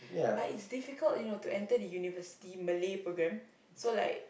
but it's difficult you know to enter the university Malay programme so like